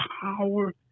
power